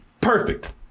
perfect